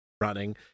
running